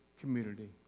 community